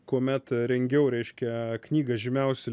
kuomet rengiau reiškia knygą žymiausi